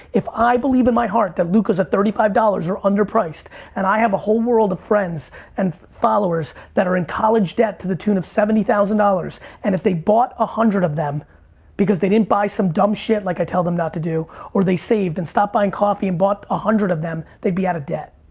if i believe in my heart that lukas at thirty five dollars are underpriced and i have a whole world of friends and followers that are in college debt to the tune of seventy thousand dollars and if they bought a hundred of them because they didn't buy some dumb shit like i tell them not to do or they saved and stopped buying coffee and bought one ah hundred of them, they'd be out of debt.